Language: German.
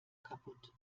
kaputt